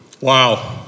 Wow